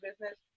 business